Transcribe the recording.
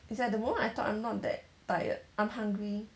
it's like the more I talk I'm not that tired I'm hungry